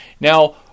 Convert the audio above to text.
Now